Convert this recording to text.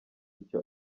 icyo